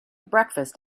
breakfast